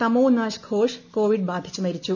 Tamonash Ghosh Covid ബാധിച്ച് മരിച്ചു